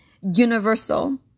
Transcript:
universal